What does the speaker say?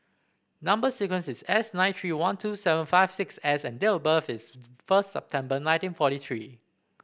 number sequence is S nine three one two seven five six S and date of birth is first September nineteen forty three